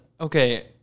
okay